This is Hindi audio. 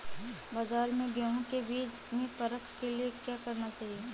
बाज़ार में गेहूँ के बीज की परख के लिए क्या करना चाहिए?